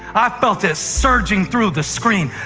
i felt it surging through the screen,